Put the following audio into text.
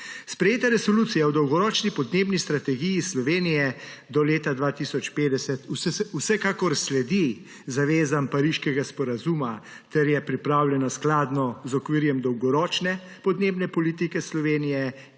Sprejeta Resolucija o Dolgoročni podnebni strategiji Slovenije do leta 2050 vsekakor sledi zavezam pariškega sporazuma ter je pripravljena skladno z okvirjem dolgoročne podnebne politike Slovenije